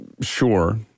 Sure